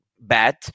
bad